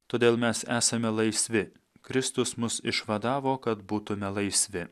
todėl mes esame laisvi kristus mus išvadavo kad būtume laisvi